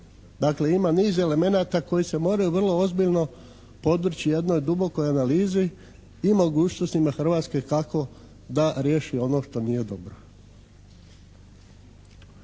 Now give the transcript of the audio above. Dakle ima niz elemenata koji se moraju vrlo ozbiljno podvrći jednoj dubokoj analizi i mogućnostima Hrvatske kako da riješi ono što nije dobro.